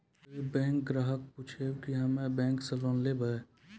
कोई बैंक ग्राहक पुछेब की हम्मे बैंक से लोन लेबऽ?